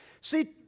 See